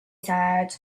said